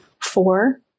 four